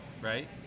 Right